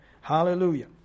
Hallelujah